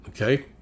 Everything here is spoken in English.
okay